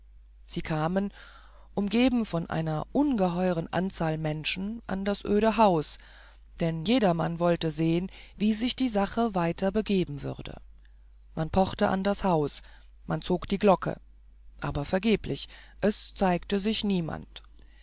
sie kamen umgeben von einer ungeheuren anzahl menschen an das öde haus denn jedermann wollte sehen wie sich die sache weiter begeben würde man pochte an das haus man zog die glocke aber vergeblich es zeigte sich niemand